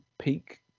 peak